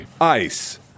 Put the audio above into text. Ice